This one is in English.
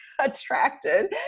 attracted